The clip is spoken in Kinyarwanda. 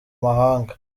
mahanga